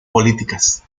políticas